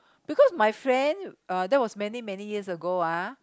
because my friend uh that was many many years ago ah